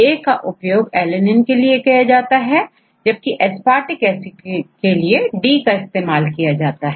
A का उपयोगALANINEके लिए किया गया है जबकि aspartic एसिड के लिए डी Dका इस्तेमाल किया जाता है